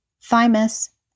thymus